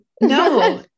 no